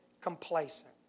complacent